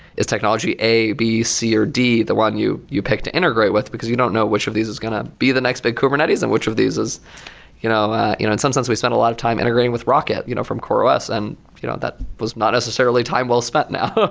is technology a, b, c or d the one you you pick to integrate with, because you don't know which of these is going to be the next big kubernetes and which of these is you know you know in some sense we spend a lot of time integrating with rocket, you know from coreos. and you know that was necessarily a time well-spent now.